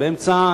זה באמצע.